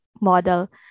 model